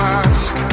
ask